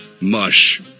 mush